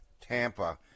Tampa